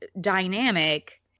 dynamic